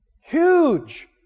Huge